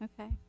okay